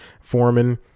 Foreman